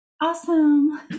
awesome